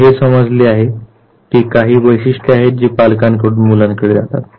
आता हे समजले आहे की काही वैशिष्ट्ये आहेत जी पालकांकडून मुलांकडे जातात